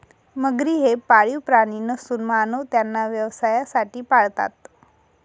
मगरी हे पाळीव प्राणी नसून मानव त्यांना व्यवसायासाठी पाळतात